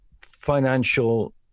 financial